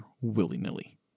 willy-nilly